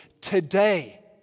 today